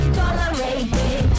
tolerated